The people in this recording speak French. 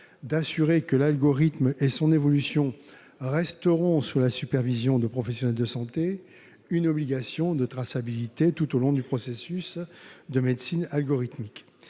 d'assurer que l'algorithme et son évolution resteront sous la supervision de professionnels de santé ; enfin, une obligation de traçabilité tout au long du processus de médecine algorithmique.